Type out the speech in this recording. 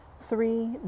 three